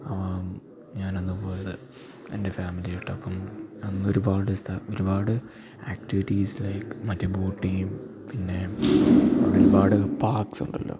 ഞാനന്ന് പോയത് എൻ്റെ ഫാമിലിയുമായിട്ട് അപ്പം അന്നൊരുപാട് ഒരുപാട് ആക്ടിവിറ്റീസ് ലൈക്ക് മറ്റേ ബോട്ടിങ് പിന്നെ അവിടെ ഒരുപാട് പാർക്ക്സ് ഉണ്ടല്ലോ